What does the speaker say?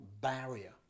barrier